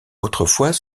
autrefois